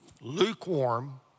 lukewarm